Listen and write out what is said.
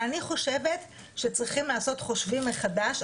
ואני חושבת שצריכים לעשות חושבים מחדש.